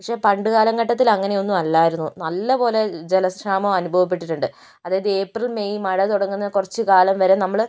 പക്ഷെ പണ്ട് കാലഘട്ടത്തില് അങ്ങനെയൊന്നും അല്ലായിരുന്നു നല്ലപോലെ ജലക്ഷാമം അനുഭവപ്പെട്ടിട്ടുണ്ട് അതായത് ഏപ്രിൽ മെയ് മഴ തുടങ്ങുന്ന കുറച്ച് കാലം വരെ നമ്മള്